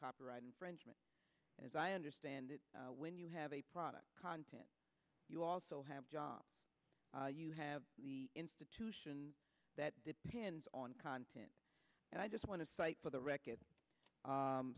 copyright infringement as i understand it when you have a product content you also have jobs you have the institution that depends on content and i just want to cite for the record